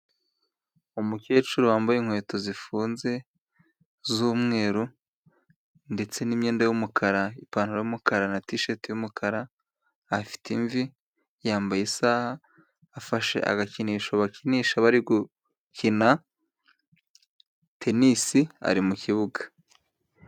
Umukecuru wambaye inkweto zifunze z'umweru ndetse n'imyenda y'umukara, ipantaro y'umukara na tisheti y'umukara, afite imvi ,yambaye isaha, afashe agakinisho bakinisha bari gukina tenisi ari mu kibuga.